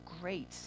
great